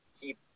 keep